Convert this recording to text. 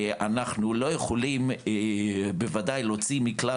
אנחנו לא יכולים בוודאי להוציא מכלל